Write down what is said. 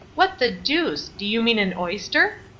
what the deuce! do you mean an oyster?